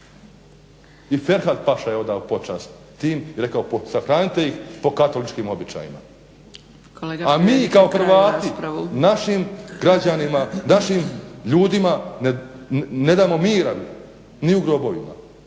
I Ferhat paša je odao počast tim i rekao sahranite ih po katoličkim običajima. A mi kao Hrvati našim građanima, našim ljudima ne damo mira ni u grobovima.